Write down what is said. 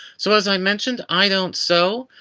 so as i mentioned, i don't sew.